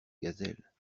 gazelles